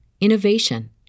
innovation